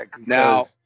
Now